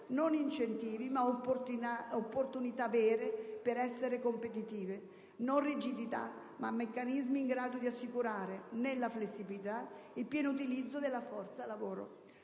non incentivi, ma opportunità vere per essere competitivi; non rigidità, ma meccanismi in grado di assicurare, nella flessibilità, il pieno utilizzo della forza lavoro.